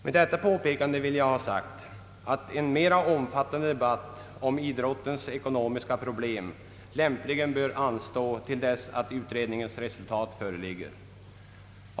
Med detta påpekande vill jag ha sagt att en mera omfattande debatt om idrottens ekonomiska problem lämpligen bör anstå till dess att utredningens resultat föreligger.